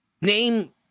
name